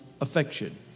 affection